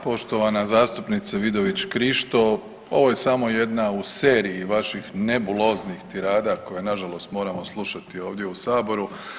Poštovana zastupnice Vidović Krišto ovo je samo jedna u seriji vaših nebuloznih tirada koje na žalost moramo slušati ovdje u Saboru.